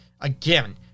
Again